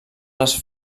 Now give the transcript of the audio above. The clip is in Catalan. les